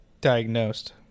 diagnosed